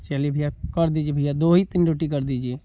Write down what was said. चलिए भैया कर दीजिए भैया दो ही तीन रोटी कर दीजिए